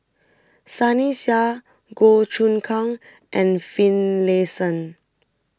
Sunny Sia Goh Choon Kang and Finlayson